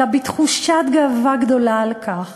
אלא בתחושת גאווה גדולה על כך